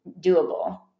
doable